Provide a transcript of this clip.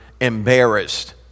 embarrassed